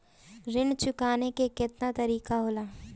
ऋण चुकाने के केतना तरीका होला?